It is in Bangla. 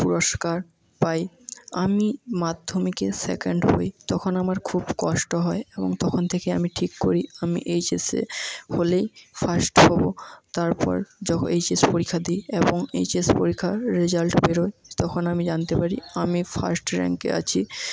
পুরস্কার পাই আমি মাধ্যমিকে সেকেন্ড হই তখন আমার খুব কষ্ট হয় এবং তখন থেকে আমি ঠিক করি আমি এইচ এসে হলেই ফার্স্ট হবো তারপর যবে এইচ এস পরীক্ষা দিই এবং এইচ এস পরীক্ষার রেজাল্ট বেরোয় তাখন আমি জানতে পারি আমি ফার্স্ট র্যাঙ্কে আছি